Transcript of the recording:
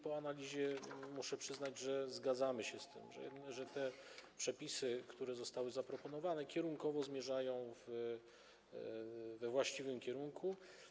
Po analizie muszę przyznać, że zgadzamy się z tym, że przepisy, które zostały zaproponowane, zmierzają we właściwym kierunku.